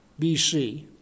BC